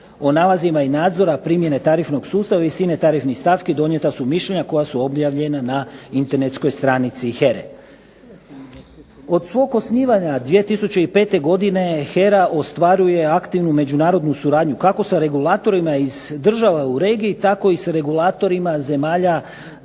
O nalazima i nadzora primjene tarifnog sustava visine tarifnih stavki donijeta su mišljenja koja su objavljena na internetskoj stranici HERA-e. Od svog osnivanja 2005. godine HERA ostvaruje aktivnu međunarodnu suradnju kako sa regulatorima iz država u regiji, tako i s regulatorima zemalja